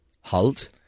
Halt